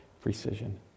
precision